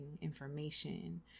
information